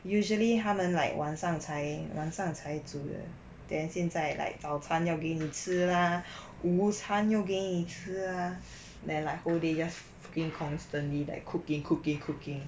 usually 他们 like 晚上才晚上才煮的 then 现在 like 早餐要给你吃 ah 午餐又给你吃 ah then like whole day just your cooking constantly like cooking cooking cooking